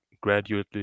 gradually